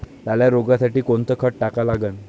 लाल्या रोगासाठी कोनचं खत टाका लागन?